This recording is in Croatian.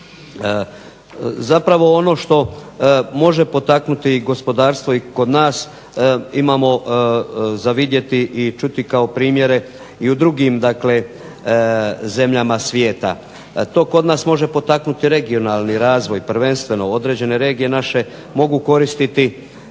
Zapravo ono što može potaknuti gospodarstvo i kod nas, imamo za vidjeti i čuti kao primjere i u drugim dakle zemljama svijeta. To kod nas može potaknuti regionalni razvoj prvenstveno, određene regije naše mogu koristiti